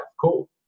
Cool